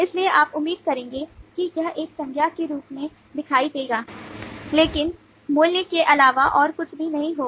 इसलिए आप उम्मीद करेंगे कि यह एक संज्ञा के रूप में दिखाई देगा लेकिन मूल्य के अलावा और कुछ भी नहीं होगा